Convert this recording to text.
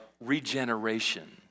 regeneration